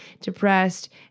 depressed